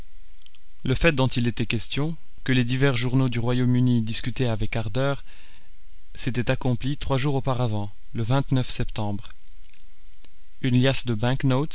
le fait dont il était question que les divers journaux du royaume-uni discutaient avec ardeur s'était accompli trois jours auparavant le septembre une liasse de